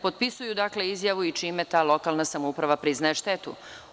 Potpisuju, dakle, izjavu i čime ta lokalna samouprava priznaje štetu.